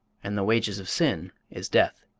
and the wages of sin is death.